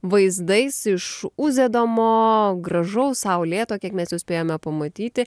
vaizdais iš uzedomo gražaus saulėto kiek mes jau spėjome pamatyti